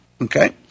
Okay